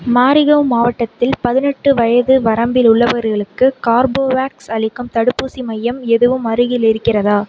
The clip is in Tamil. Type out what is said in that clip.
மாரிகாவ் மாவட்டத்தில் பதினெட்டு வயது வரம்பில் உள்ளவர்களுக்கு கார்போவேக்ஸ் அளிக்கும் தடுப்பூசி மையம் எதுவும் அருகில் இருக்கிறதா